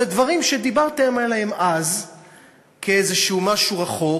אלה דברים שדיברתם עליהם אז כאיזה משהו רחוק,